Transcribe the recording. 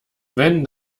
wenn